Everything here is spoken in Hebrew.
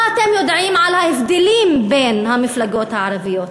מה אתם יודעים על ההבדלים בין המפלגות הערביות?